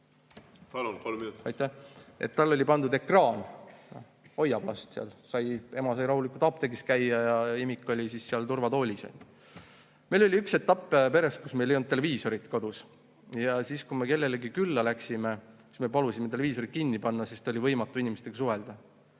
Palun, kolm minutit!